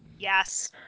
yes